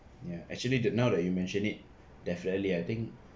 ya actually that now that you mention it definitely I think